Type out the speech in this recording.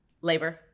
labor